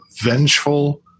vengeful